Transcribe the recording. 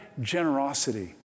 generosity